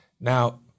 Now